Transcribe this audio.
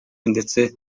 ndetse